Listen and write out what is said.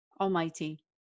Almighty